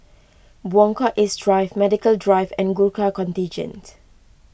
Buangkok East Drive Medical Drive and Gurkha Contingent